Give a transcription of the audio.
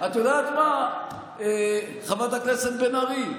את יודעת מה, חברת הכנסת בן ארי?